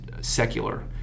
secular